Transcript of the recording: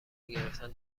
گرفتن